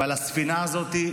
ועל הספינה הזאת,